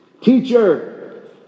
Teacher